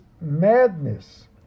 madness